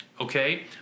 okay